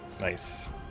Nice